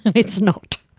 it's not.